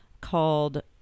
called